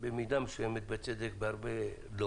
במידה מסוימת בצדק, ובהרבה לא